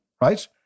right